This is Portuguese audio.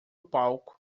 palco